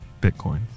Bitcoin